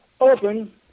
open